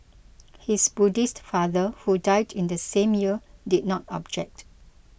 his Buddhist father who died in the same year did not object